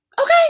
Okay